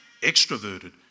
extroverted